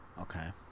Okay